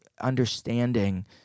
understanding